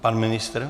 Pan ministr?